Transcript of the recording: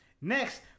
next